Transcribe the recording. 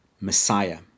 Messiah